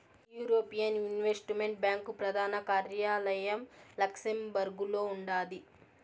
European investment bank ప్రదాన కార్యాలయం లక్సెంబర్గులో ఉండాది